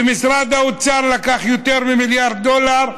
ומשרד האוצר לקח יותר ממיליארד דולר,